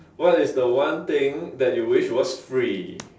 what is the one thing that you wish was free